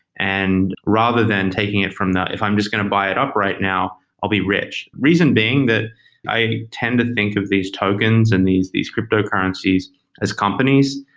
and rather than taking it from if i'm just going to buy it upright, now i'll be rich. reason being that i tend to think of these tokens and these these cryptocurrencies as companies.